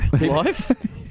Life